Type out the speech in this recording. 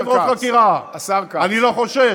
20 חברות חקירה, אני לא חושש.